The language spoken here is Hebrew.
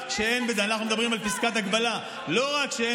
אנחנו מדברים על פסקת הגבלה, לא רק שזה